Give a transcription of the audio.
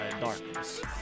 darkness